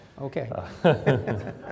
Okay